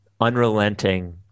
unrelenting